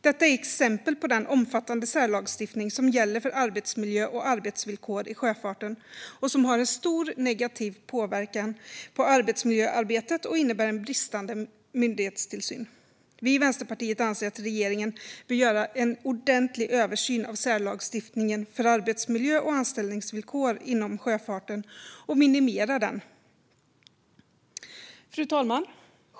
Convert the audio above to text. Detta är exempel på den omfattande särlagstiftning som gäller för arbetsmiljö och arbetsvillkor i sjöfarten och som har en stor negativ påverkan på arbetsmiljöarbetet och som innebär en bristande myndighetstillsyn. Vi i Vänsterpartiet anser att regeringen bör göra en ordentlig översyn av särlagstiftningen för arbetsmiljö och anställningsvillkor inom sjöfarten och minimera den. Fru talman!